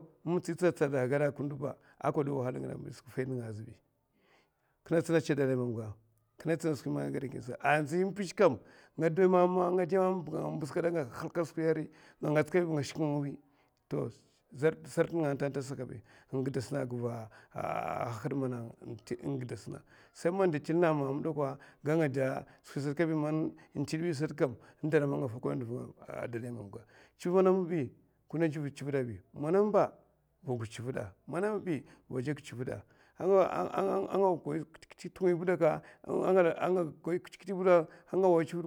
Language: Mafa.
M'mutsi tsad tsad ba anga gad agwad tè wahala kèdè, kinè tsina kadè dalay, mamga andzi m'pizhè kam, nga dè mama angada pizkada anga shiknga a wiy nga ngats kada riy biy ba nga shiknga a wiy, sai man n'dè til na amama kabi sa man n'til bi sat magatsa chivid nda manguno magatsa, man chivid a kinè paudi kinè dè man chivid a kabi kinè daga nèzlè n'jèkda ava. ngidasna a chivid antanata, hakda nga hakda nga ata, va fau hankal. ahh hakud nga hakud nga atagada, ngidasna a chivid atanata ka, nga warakon chivid mblèa'a kinè tsina man a maffa sè kèdè, man kinè ngèla di tè chivid man chivid a man amba, angawayakoy chivid